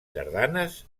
sardanes